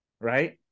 right